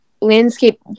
landscape